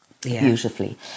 beautifully